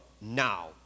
now